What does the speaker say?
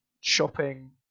shopping